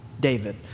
David